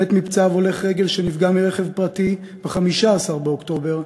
מת מפצעיו הולך רגל שנפגע מרכב פרטי ב-15 באוקטובר.